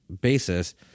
basis